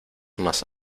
más